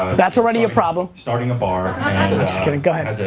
that's already a problem. starting a bar kind of go ahead.